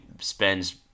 spends